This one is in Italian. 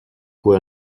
cui